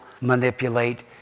manipulate